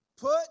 put